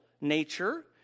nature